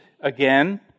again